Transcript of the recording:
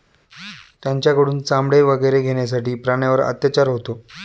त्यांच्याकडून चामडे वगैरे घेण्यासाठी प्राण्यांवर अत्याचार होतो